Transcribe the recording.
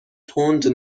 تند